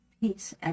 Peace